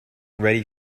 ready